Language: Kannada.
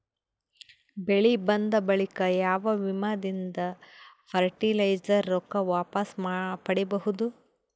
ಬೆಳಿ ಬಂದ ಬಳಿಕ ಯಾವ ವಿಮಾ ದಿಂದ ಫರಟಿಲೈಜರ ರೊಕ್ಕ ವಾಪಸ್ ಪಡಿಬಹುದು?